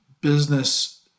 business